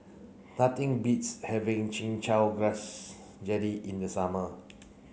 nothing beats having chin chow grass jelly in the summer